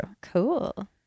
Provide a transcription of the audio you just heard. Cool